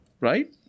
Right